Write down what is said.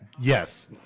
yes